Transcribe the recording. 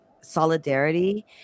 solidarity